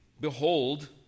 Behold